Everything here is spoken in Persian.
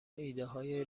ایدههای